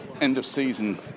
end-of-season